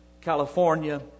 California